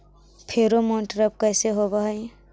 Pheromone trap कैसे होब हई?